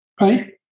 Right